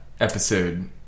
episode